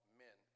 men